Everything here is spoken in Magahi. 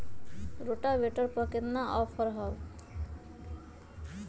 रोटावेटर पर केतना ऑफर हव?